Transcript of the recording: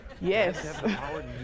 Yes